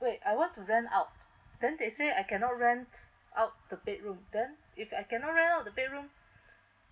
wait I want to rent out then they say I cannot rent out the bedroom then if I cannot rent out the bedroom